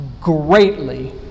greatly